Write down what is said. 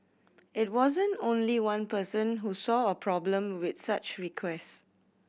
it wasn't only one person who saw a problem with such request